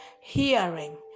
hearing